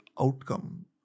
outcome